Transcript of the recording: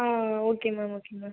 ஆ ஆ okay ma'am okay ma'am